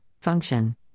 function